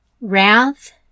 Wrath